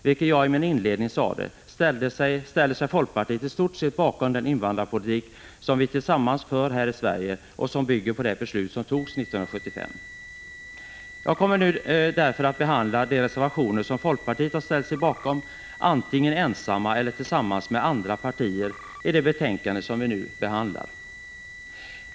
Som jag i min inledning sade ställer sig folkpartiet i stort sett bakom den invandrarpolitik som vi tillsammans för här i Sverige och som bygger på det beslut som togs 1975. Jag kommer därför nu att behandla de reservationer som folkpartiet har ställt sig bakom, antingen ensamt eller tillsammans med andra partier, i det betänkande som vi nu behandlar.